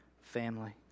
family